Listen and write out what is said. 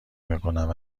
میکنند